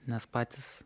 nes patys